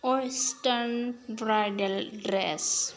western bridal dress